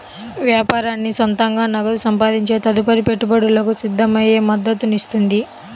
వ్యాపారానికి సొంతంగా నగదు సంపాదించే తదుపరి పెట్టుబడులకు సిద్ధమయ్యే మద్దతునిస్తుంది